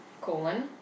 colon